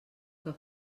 que